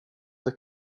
the